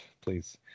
please